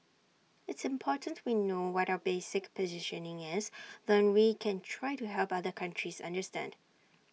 it's important we know what our basic positioning is then we can try to help other countries understand